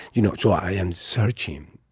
you know, so i am searching.